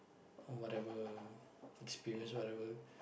or whatever experience whatever